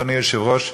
אדוני היושב-ראש,